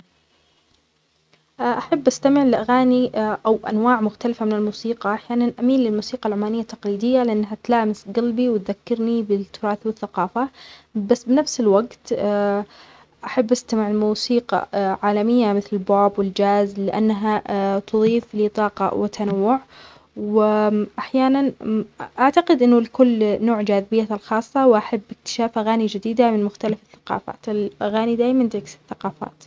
ا-أحب استمع لأغاني أو أنواع مختلفة من الموسيقى. أحياناً أميل للموسيقى العمانية التقليدية لأنها تلامس قلبي وتذكرني بالتراث والثقافة. بس بنفس الوقت أحب استمع لموسيقى عالمية مثل البوب والجاز لأنها تضيف لي طاقة وتنوع. وأحياناً أعتقد أنه لكل نوع جاذبيتة الخاصة وأحب اكتشاف أغاني جديدة من المختلف الثقافات. الأغاني دائماً تعكس الثقافات